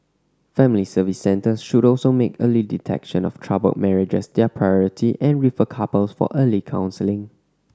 family Service Centres should also make early detection of troubled marriages their priority and refer couples for early counselling